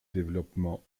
développement